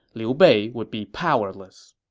liu bei would be powerless.